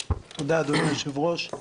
תודה, אדוני היושב-ראש.